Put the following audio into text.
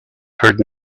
heard